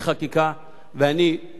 שאמון ליישם את זה בסוף,